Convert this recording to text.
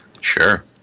Sure